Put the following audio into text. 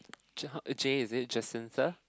uh J is it Johnson sir